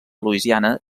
louisiana